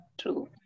true